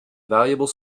valuable